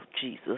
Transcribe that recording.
Jesus